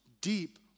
Deep